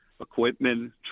equipment